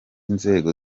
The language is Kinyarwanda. nzego